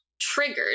triggered